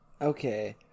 Okay